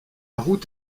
route